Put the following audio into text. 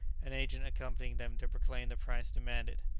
an agent accompanying them to proclaim the price demanded.